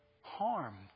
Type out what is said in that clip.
Harm